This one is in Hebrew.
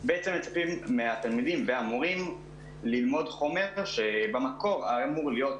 בעצם מצפים מהתלמידים והמורים ללמוד חומר שבמקור היה אמור להיות